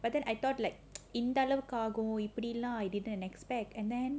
but then I thought like இந்த அளவுக்கு ஆகும் இப்படில்லாம்:intha alavukku aagum ippadillaam I didn't expect and then